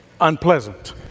unpleasant